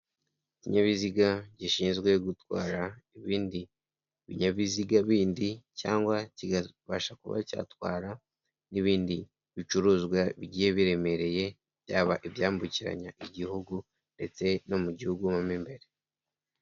Ikinyabiziga gishinzwe gutwara ibindi binyabiziga bindi, cyangwa kibasha kuba cyatwara n'ibindi bicuruzwa bigiye biremereye, byaba ibyambukiranya igihugu, ndetse no mu gihugu mo imbere.